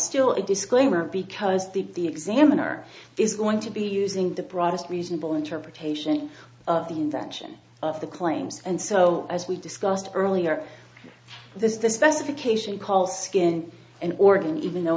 still a disclaimer because the examiner is going to be using the broadest reasonable interpretation of the invention of the claims and so as we discussed earlier there's the specification called skin and organ even though